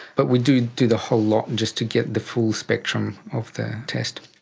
but we do do the whole lot just to get the full spectrum of the test.